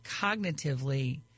cognitively